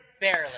barely